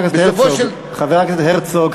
חבר הכנסת הרצוג,